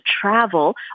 travel